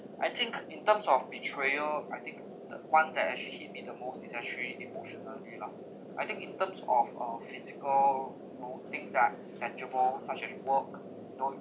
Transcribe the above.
I think in terms of betrayal I think the one that actually hit me the most is actually emotionally lah I think in terms of uh physical you know things that are is tangible such as work you know